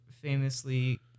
famously